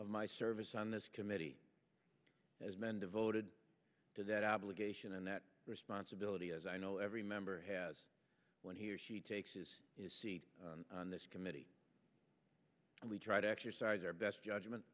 of my service on this committee as men devoted to that obligation and that responsibility as i know every member has when he or she takes his seat on this committee and we try to exercise our best judgment